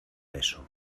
beso